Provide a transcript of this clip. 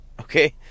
okay